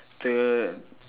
the